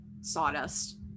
sawdust